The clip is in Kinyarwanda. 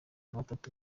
batatu